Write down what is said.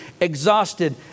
exhausted